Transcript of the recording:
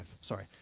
sorry